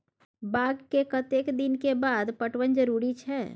बाग के कतेक दिन के बाद पटवन जरूरी छै?